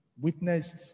witnessed